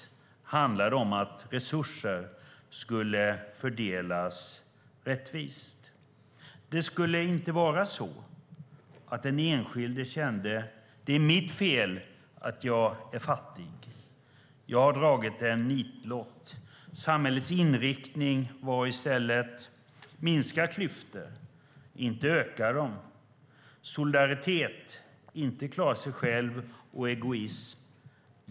Det handlade om att resurser skulle fördelas rättvist. Det skulle inte vara så att den enskilde kände: Det är mitt fel att jag är fattig - jag har dragit en nitlott. Samhällets inriktning var i stället att minska klyftor, inte öka dem, och solidaritet, inte att klara sig själv och egoism.